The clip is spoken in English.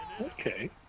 Okay